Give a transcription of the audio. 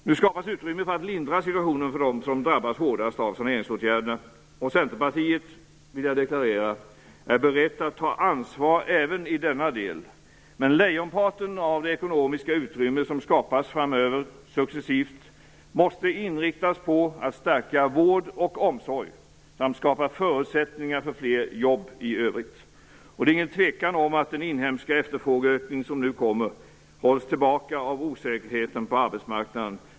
Nu skapas utrymme för att lindra situationen för dem som drabbats hårdast av saneringsåtgärderna. Jag vill deklarera att Centerpartiet är berett att ta ansvar även i denna del. Men lejonparten av det ekonomiska utrymme som skapas framöver successivt måste inriktas på att stärka vård och omsorg samt skapa förutsättningar för fler jobb i övrigt. Det är ingen tvekan om att den inhemska efterfrågeökning som nu kommer hålls tillbaka av osäkerheten på arbetsmarknaden.